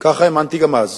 ככה האמנתי גם אז